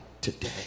today